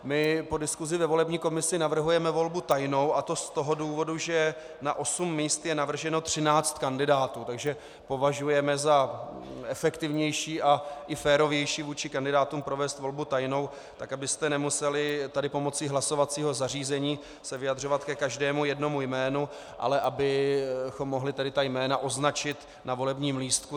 My po diskusi ve volební komisi navrhujeme volbu tajnou, a to z toho důvodu, že na 8 míst je navrženo 13 kandidátů, takže považujeme za efektivnější a i férovější vůči kandidátům provést volbu tajnou, abyste se nemuseli tady pomocí hlasovacího zařízení vyjadřovat ke každému jednotlivému jménu, ale abychom mohli ta jména označit na volebním lístku.